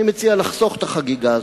אני מציע לחסוך את החגיגה הזאת.